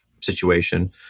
situation